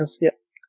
yes